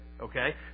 Okay